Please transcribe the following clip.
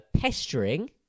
pestering